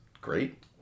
great